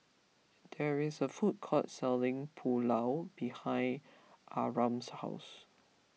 there is a food court selling Pulao behind Abram's house